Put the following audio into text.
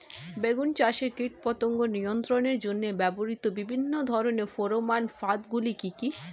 বেগুন চাষে কীটপতঙ্গ নিয়ন্ত্রণের জন্য ব্যবহৃত বিভিন্ন ধরনের ফেরোমান ফাঁদ গুলি কি কি?